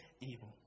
evil